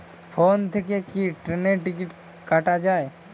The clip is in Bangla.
ফোন থেকে কি ট্রেনের টিকিট কাটা য়ায়?